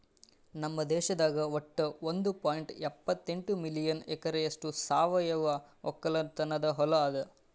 ನಮ್ ದೇಶದಾಗ್ ವಟ್ಟ ಒಂದ್ ಪಾಯಿಂಟ್ ಎಪ್ಪತ್ತೆಂಟು ಮಿಲಿಯನ್ ಎಕರೆಯಷ್ಟು ಸಾವಯವ ಒಕ್ಕಲತನದು ಹೊಲಾ ಅದ